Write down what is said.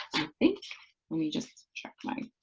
think let me just check my